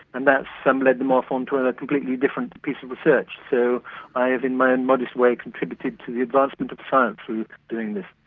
and that led them off onto a completely different piece of research. so i have, in my own modest way, contributed to the advancement of science through doing this.